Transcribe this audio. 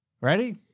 Ready